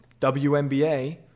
WNBA